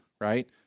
right